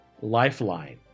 lifeline